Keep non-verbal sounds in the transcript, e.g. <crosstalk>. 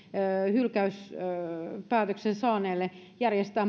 hylkäyspäätöksen saaneelle järjestää <unintelligible>